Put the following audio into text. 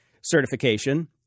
certification